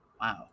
Wow